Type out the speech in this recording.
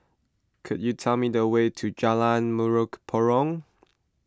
could you tell me the way to Jalan Mempurong